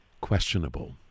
questionable